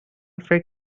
فکر